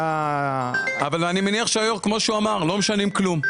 אני מניח שהיו"ר, כמו שהוא אמר, לא משנים כלום.